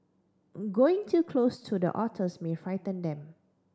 going too close to the otters may frighten them